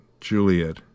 Juliet